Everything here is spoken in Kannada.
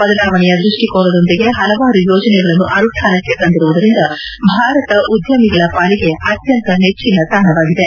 ಬದಲಾವಣೆಯ ದೃಷ್ಟಿಕೋನದೊಂದಿಗೆ ಹಲವಾರು ಯೋಜನೆಗಳನ್ನು ಅನುಷ್ಠಾನಕ್ಕೆ ತಂದಿರುವುದರಿಂದ ಭಾರತ ಉದ್ದಮಿಗಳ ಪಾಲಿಗೆ ಅತ್ಯಂತ ನೆಚ್ಚಿನ ತಾಣವಾಗಿದೆ